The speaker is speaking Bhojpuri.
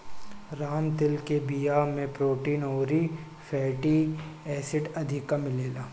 राम तिल के बिया में प्रोटीन अउरी फैटी एसिड अधिका मिलेला